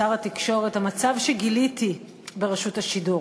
שר התקשורת: המצב שגיליתי ברשות השידור.